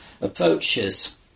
approaches